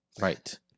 Right